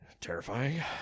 terrifying